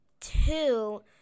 two